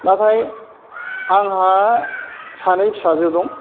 नाथाय आंहा सानै फिसाजो दं